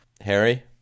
Harry